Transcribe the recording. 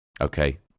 Okay